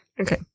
Okay